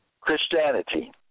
Christianity